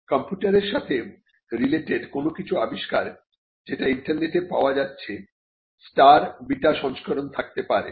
কম্পিউটারের সাথে রিলেটেড কোন কিছু আবিষ্কার যেটা ইন্টারনেটে পাওয়া যাচ্ছে স্টার বিটা সংস্করণ থাকতে পারে